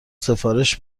سفارش